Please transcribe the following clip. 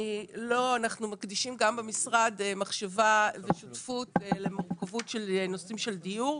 אנחנו מקדישים גם במשרד מחשבה ושותפות למורכבות של נושאים של דיור,